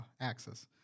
axis